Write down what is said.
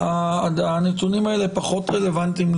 אני פותח את הישיבה.